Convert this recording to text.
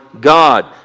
God